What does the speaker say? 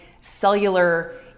cellular